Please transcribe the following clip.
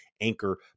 Anchor